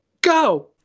Go